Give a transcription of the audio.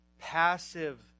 passive